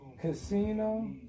Casino